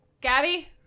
Gabby